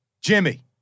Jimmy